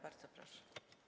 Bardzo proszę.